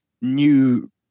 new